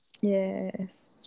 Yes